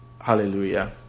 Hallelujah